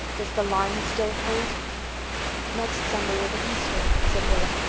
does the line still hold next sunday will be easter, said rilla.